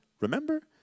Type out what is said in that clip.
Remember